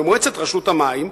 במועצת רשות המים,